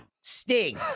Sting